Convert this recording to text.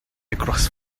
across